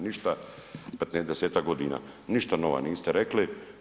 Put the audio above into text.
Ništa 10 godina, ništa nova niste rekli.